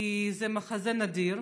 כי זה מחזה נדיר.